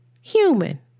human